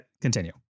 Continue